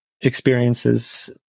experiences